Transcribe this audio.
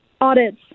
audits